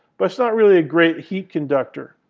but it's not really a great heat conductor.